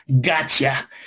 gotcha